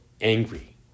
angry